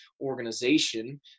organization